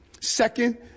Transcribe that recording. Second